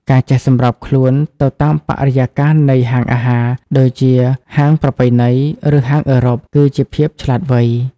ការចេះសម្របខ្លួនទៅតាមបរិយាកាសនៃហាងអាហារ ដូចជាហាងប្រពៃណី ឬហាងអឺរ៉ុប គឺជាភាពឆ្លាតវៃ។